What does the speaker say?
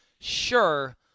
Sure